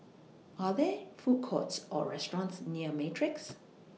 Are There Food Courts Or restaurants near Matrix